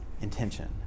intention